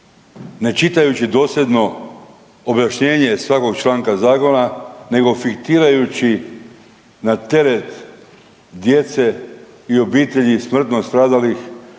Ne čitajući dosljedno objašnjenje svakog članka zakona nego fiktirajući na teret djece i obitelji smrtno stradalih